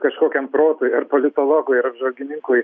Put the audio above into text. kažkokiam protui ar politologui ar apžvalgininkui